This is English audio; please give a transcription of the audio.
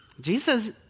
Jesus